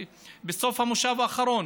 בסוף המושב האחרון,